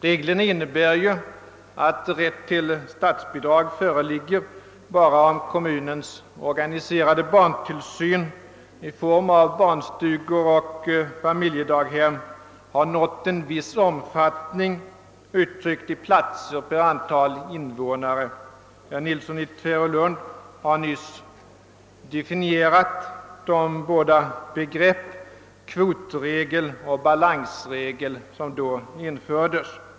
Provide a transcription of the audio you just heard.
Reglerna innebär att rätt till statsbidrag föreligger bara om kommunens organiserade barntillsyn i form av barnstugor och familjedaghem har nått en viss omfattning uttryckt i platser per antal invånare. Herr Nilsson i Tvärlåund har nyss redogjort för de båda begrepp, kvotregel och balansregel, som då infördes.